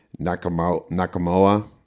Nakamoa